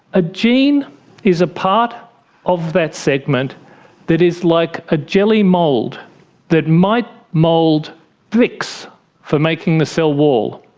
a gene is a part of that segment that is like a jelly mould that might mould bricks for making the cell wall,